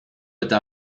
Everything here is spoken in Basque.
eta